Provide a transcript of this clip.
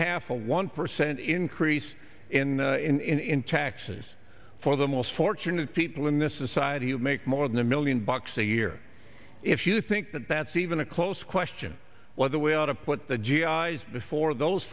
half of one percent increase in in taxes for the most fortunate people in this society you make more than a million bucks a year if you think that that's even a close question whether we ought to put the g i s before those